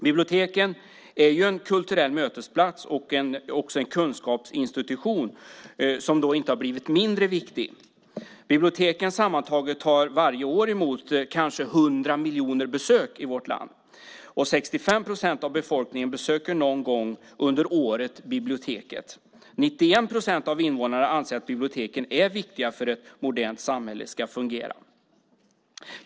Biblioteken är en kulturell mötesplats och också en kunskapsinstitution som inte har blivit mindre viktig. Biblioteken sammantaget tar varje år emot kanske 100 miljoner besök i vårt land, och 65 procent av befolkningen besöker någon gång under året biblioteket. 91 procent av invånarna anser att biblioteken är viktiga för att ett modernt samhälle ska fungera.